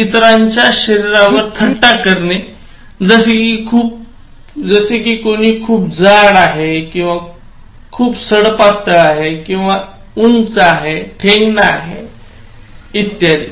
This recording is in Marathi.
इतरांच्या शरीरावर थट्टा करणे जसे की कोणी खूप जाड किंवा इतके सडपातळ आहे किंवा उंच किंवा ठेंगणा असण्याच्या दृष्टीने